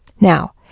Now